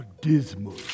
dismal